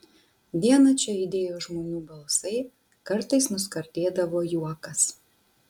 dieną čia aidėjo žmonių balsai kartais nuskardėdavo juokas